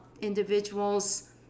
individuals